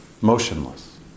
motionless